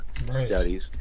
studies